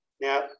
Now